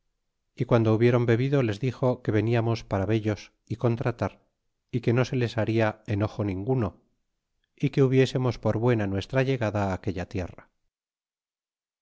y guando hubieron bebido les dixo que veniamos para vellos y contratar y que no se les baria enoje ninguno que hubiésemos por buena nuestra llegada i aquella tierra